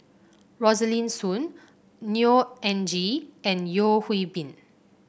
Rosaline Soon Neo Anngee and Yeo Hwee Bin